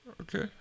Okay